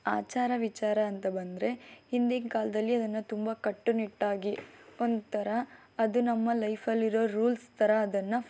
ಆಚಾರ ವಿಚಾರ ಅಂತ ಬಂದರೆ ಹಿಂದಿನ ಕಾಲದಲ್ಲಿ ಅದನ್ನು ತುಂಬ ಕಟ್ಟುನಿಟ್ಟಾಗಿ ಒಂಥರ ಅದು ನಮ್ಮ ಲೈಫಲ್ಲಿರೊ ರೂಲ್ಸ್ ಥರ ಅದನ್ನು ಫಾ